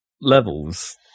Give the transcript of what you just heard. levels